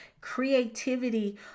creativity